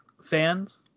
fans